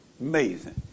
Amazing